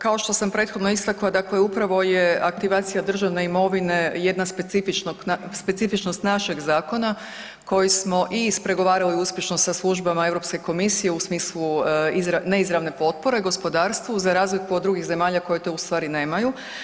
Kao što sam prethodno istakla, dakle upravo je aktivacija državne imovine jedna specifičnost našeg zakona koji smo i ispregovarali uspješno sa službama Europske komisiji u smislu neizravne potpore gospodarstvu za razliku od drugih zemalja koje to ustvari nemaju.